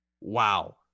wow